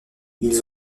ils